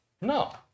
No